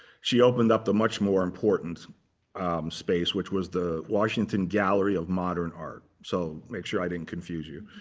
she opened up the much more important space, which was the washington gallery of modern art. so make sure i didn't confuse you.